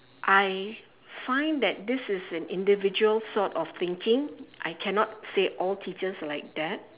I find that this is an individual sort of thinking I cannot say all teachers are like that